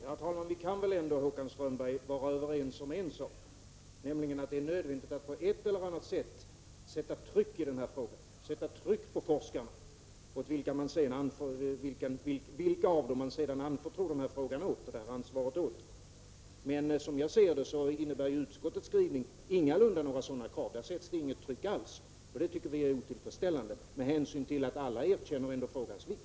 Herr talman! Vi kan väl ändå, Håkan Strömberg, vara överens om en sak, nämligen att det är nödvändigt att i den här frågan på ett eller annat sätt sätta tryck på forskarna, oavsett åt vilka av dem man sedan anförtror ansvaret. Men som jag ser det innebär utskottets skrivning ingalunda några sådana krav. Där sätts det inget tryck alls, och det tycker vi är otillfredsställande med hänsyn till att alla erkänner frågans vikt.